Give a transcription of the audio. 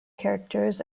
characters